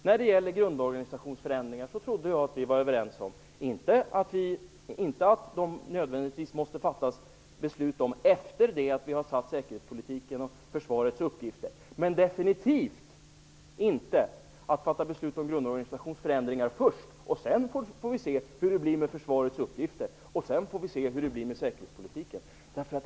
När det gäller grundorganisationsförändringar trodde jag att vi var överens, inte att vi nödvändigtvis måste fatta beslut om dem efter det att vi har lagt fast säkerhetspolitiken och försvarets uppgifter, men definitivt om att inte fatta beslut om grundorganisationsförändringar först och sedan se hur det blir med försvarets uppgifter och med säkerhetspolitiken.